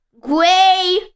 grey